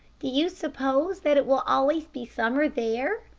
do you suppose that it will always be summer there?